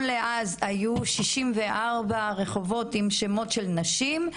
לאז היו 64 רחובות עם שמות של נשים,